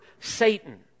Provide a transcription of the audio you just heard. Satan